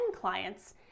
clients